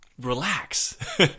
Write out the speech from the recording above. relax